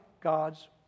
God's